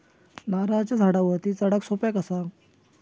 नारळाच्या झाडावरती चडाक सोप्या कसा?